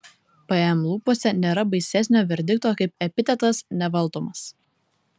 pm lūpose nėra baisesnio verdikto kaip epitetas nevaldomas